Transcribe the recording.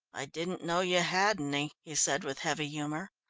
i didn't know you had any, he said with heavy humour.